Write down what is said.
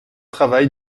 travail